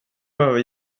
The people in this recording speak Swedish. behöver